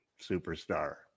superstar